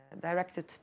directed